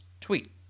tweet